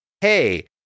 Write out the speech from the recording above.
hey